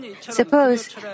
Suppose